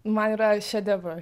man yra šedevrai